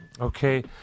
Okay